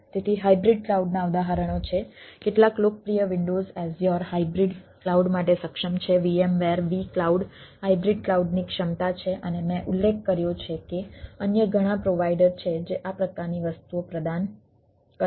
તેથી હાઇબ્રિડ ક્લાઉડના ઉદાહરણો છે કેટલાક લોકપ્રિય વિન્ડોઝ એઝ્યોર હાઇબ્રિડ ક્લાઉડ માટે સક્ષમ છે VMવેર V ક્લાઉડ હાઇબ્રિડ ક્લાઉડની ક્ષમતા છે અને મેં ઉલ્લેખ કર્યો છે કે અન્ય ઘણા પ્રોવાઈડર છે જે આ પ્રકારની વસ્તુઓ પ્રદાન કરે છે